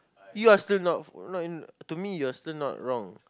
you are still not not to me you are still not wrong